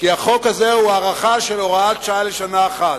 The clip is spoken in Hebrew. כי החוק הזה הוא הארכה של הוראת שעה לשנה אחת,